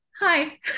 hi